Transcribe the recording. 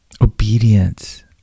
obedience